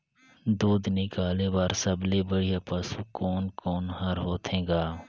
दूध निकाले बर सबले बढ़िया पशु कोन कोन हर होथे ग?